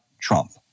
Trump